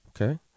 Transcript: Okay